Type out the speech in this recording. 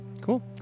cool